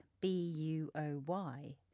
B-U-O-Y